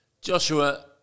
Joshua